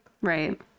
Right